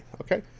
Okay